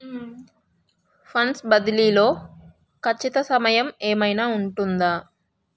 Funds బదిలీ లో ఖచ్చిత సమయం ఏమైనా ఉంటుందా?